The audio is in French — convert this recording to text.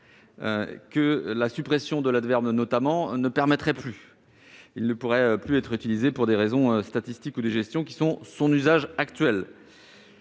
que la suppression de l'adverbe « notamment » ne permettrait plus de viser : l'INE ne pourrait plus être utilisé pour les raisons statistiques ou de gestion qui motivent son usage actuel.